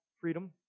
freedom